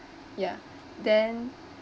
ya then